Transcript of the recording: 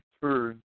turn